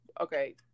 okay